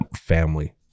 family